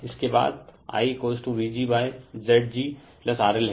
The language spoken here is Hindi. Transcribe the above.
इसके बाद IVg ZgRL है